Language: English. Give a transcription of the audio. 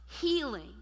healing